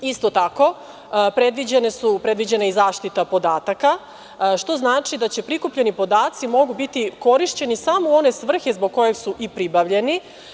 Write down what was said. Isto tako, predviđena je i zaštita podataka što znači daprikupljeni podaci mogu biti korišćeni samo u one svrhe zbog koje su i pribavljeni.